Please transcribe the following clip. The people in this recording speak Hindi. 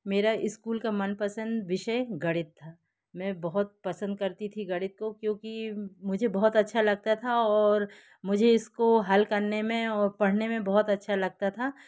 मेरा स्कूल का मनपसंद विषय गणित था मैं बहुत पसंद करती थी गणित को क्योंकि मुझे बहुत अच्छा लगता था और मुझे इसको हल करने में और पढ़ने में बहुत अच्छा लगता था